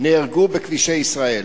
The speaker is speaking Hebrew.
נהרגו בכבישי ישראל.